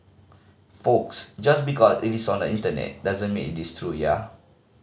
folks just because it is on the Internet doesn't mean it is true ya